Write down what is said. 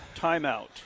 Timeout